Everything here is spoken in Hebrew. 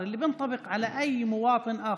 (רגע אחד, )